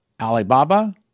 Alibaba